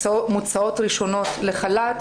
מוצאות ראשונות לחל"ת,